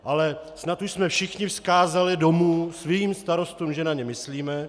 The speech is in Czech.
Ale snad už jsme všichni vzkázali domů svým starostům, že na ně myslíme.